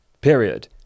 period